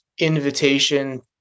invitation